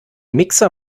mixer